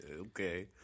okay